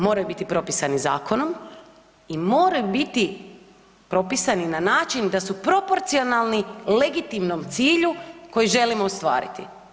Moraju biti propisani zakonom i moraju biti propisani na način da su proporcionalni legitimnom cilju koji želimo ostvariti.